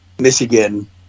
Michigan